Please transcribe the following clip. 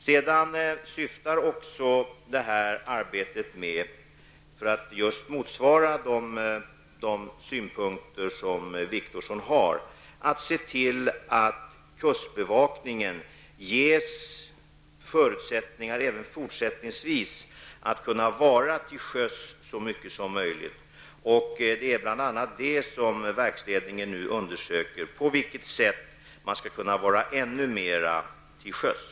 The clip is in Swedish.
Detta arbete syftar också, helt i enlighet med de synpunkter som Wictorsson har, till att kustbevakningen skall ges förutsättningar att även fortsättningsvis vara till sjöss så mycket som möjligt. Ledningen undersöker just nu bl.a. på vilket sätt man skall kunna tillse att kustbevakningen får vara ännu mera till sjöss.